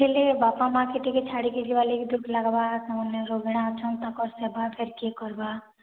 ହେଲେ ବାପା ମା'କେ ଟିକେ ଛାଡ଼ିକି ଯିବାର୍ ଲାଗି ଦୁଃଖ୍ ଲାଗବା ସେମାନେ ରୋଗିଣା ଅଛନ୍ ତାଙ୍କର୍ ସେବାଟା କିଏ କର୍ବା